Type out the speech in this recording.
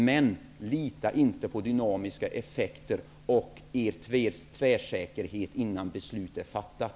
Men lita inte på dynamiska effekter och er tvärsäkerhet innan beslut är fattat!